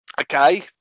Okay